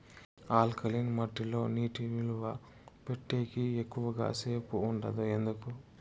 alkaline మట్టి లో నీటి నిలువ పెట్టేకి ఎక్కువగా సేపు ఉండదు ఎందుకు